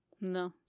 No